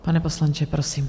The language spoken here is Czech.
Pane poslanče, prosím.